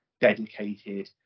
dedicated